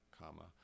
comma